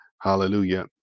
hallelujah